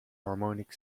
harmonic